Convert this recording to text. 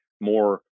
more